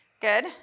Good